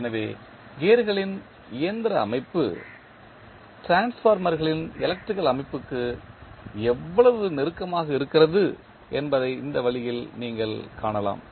எனவே கியர்களின் இயந்திர அமைப்பு டிரான்ஸ்ஃபார்மர்களின் எலக்ட்ரிக்கல் அமைப்புக்கு எவ்வளவு நெருக்கமாக இருக்கிறது என்பதை இந்த வழியில் நீங்கள் காணலாம்